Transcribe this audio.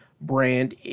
brand